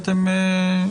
נכון.